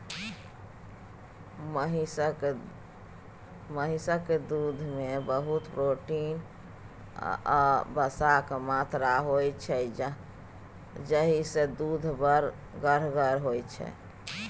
महिषक दुधमे बहुत प्रोटीन आ बसाक मात्रा होइ छै जाहिसँ दुध बड़ गढ़गर होइ छै